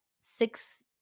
six –